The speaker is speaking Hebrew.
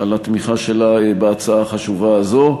על התמיכה שלה בהצעה החשובה הזו.